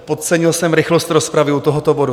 Podcenil jsem rychlost rozpravy u tohoto bodu.